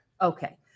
Okay